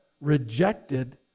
rejected